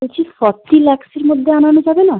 বলছি ফরটি লাকসের মধ্যে আনানো যাবে না